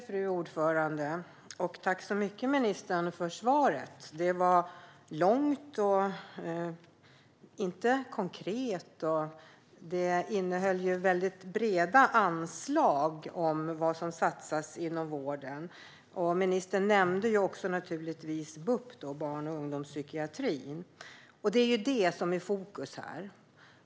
Fru talman! Tack så mycket, ministern, för svaret! Det var långt men inte konkret. Det innehöll väldigt breda anslag om vad som satsas inom vården. Ministern nämnde naturligtvis också BUP, barn och ungdomspsykiatrin, och det är det som är fokus här.